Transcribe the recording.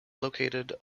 located